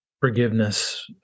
forgiveness